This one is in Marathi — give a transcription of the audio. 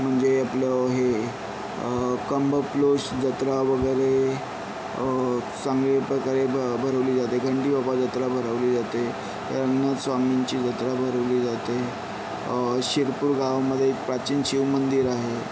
म्हणजे आपलं हे कंबप्लोश जत्रा वगैरे चांगल्या प्रकारे भ भरवली जाते घंटीबाबा जत्रा भरवली जाते रंगनाथ स्वामींची जत्रा भरवली जाते शिरपूर गावामध्ये प्राचीन शिवमंदिर आहे